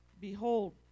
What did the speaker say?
Behold